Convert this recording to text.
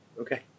Okay